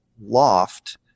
loft